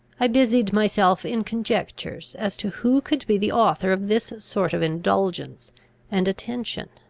i busied myself in conjectures as to who could be the author of this sort of indulgence and attention